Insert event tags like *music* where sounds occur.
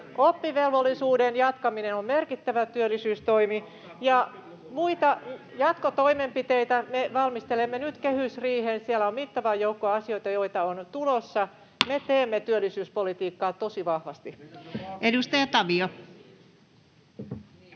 Oppivelvollisuuden jatkaminen on merkittävä työllisyystoimi, ja muita jatkotoimenpiteitä me valmistelemme nyt kehysriiheen. Siellä on mittava joukko asioita, joita on tulossa. *noise* Me teemme työllisyyspolitiikkaa tosi vahvasti. [Perussuomalaisten